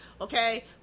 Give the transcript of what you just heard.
okay